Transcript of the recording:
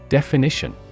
Definition